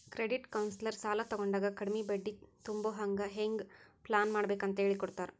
credit counsellor ಸಾಲಾ ತಗೊಂಡಾಗ ಕಡ್ಮಿ ಬಡ್ಡಿ ತುಂಬೊಹಂಗ್ ಹೆಂಗ್ ಪ್ಲಾನ್ಮಾಡ್ಬೇಕಂತ್ ಹೆಳಿಕೊಡ್ತಾರ